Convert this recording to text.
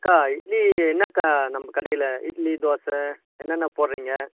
அக்கா இட்லி என்னாக்கா நம்ம கடையில் இட்லி தோசை என்னென்ன போடுறீங்க